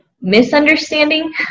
misunderstanding